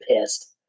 pissed